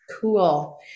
cool